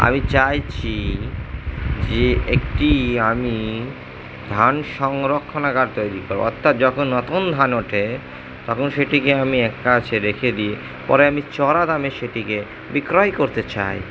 আমি চাইছি যে একটি আমি ধান সংরক্ষণাগার তৈরি করবো অর্থাৎ যখন নতুন ধান ওঠে তখন সেটিকে আমি এক কাছে রেখে দিয়ে পরে আমি চড়া দামে সেটিকে বিক্রয় করতে চাই